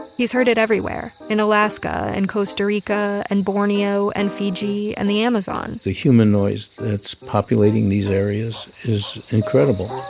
he's heard it everywhere in alaska and costa rica and borneo and fiji and the amazon the human noise that's populating these areas is incredible